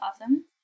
awesome